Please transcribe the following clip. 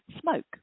smoke